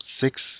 six